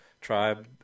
Tribe